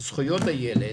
זכויות הילד